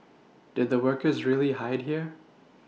did the workers really hide here